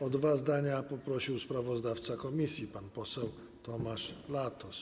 O dwa zdania poprosił sprawozdawca komisji, pan poseł Tomasz Latos.